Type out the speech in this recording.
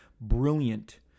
brilliant